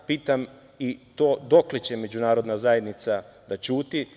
Pitam i to dokle će Međunarodna zajednica da ćuti?